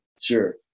Sure